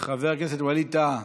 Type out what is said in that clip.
חבר הכנסת ווליד טאהא,